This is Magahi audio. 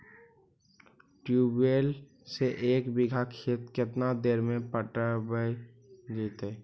ट्यूबवेल से एक बिघा खेत केतना देर में पटैबए जितै?